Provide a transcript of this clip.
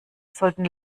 sollten